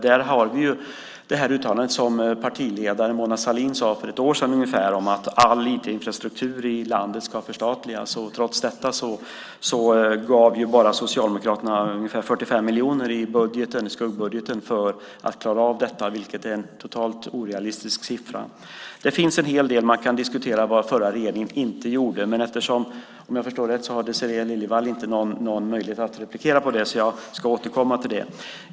Där har vi uttalandet från partiledaren Mona Sahlin för ungefär ett år sedan om att all IT-infrastruktur i landet ska förstatligas. Trots detta gav Socialdemokraterna bara ungefär 45 miljoner i skuggbudgeten för att klara av detta, vilket är en totalt orealistisk siffra. Det finns en hel del som den förra regeringen inte gjorde och som man kan diskutera, men eftersom Désirée Liljevall inte har någon möjlighet att replikera ska jag återkomma.